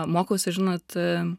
mokausi žinot